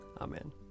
Amen